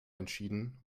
entschieden